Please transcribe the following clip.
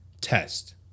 test